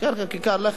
כן כן, כיכר לחם.